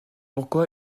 pourquoi